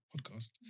Podcast